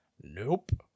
nope